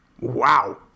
Wow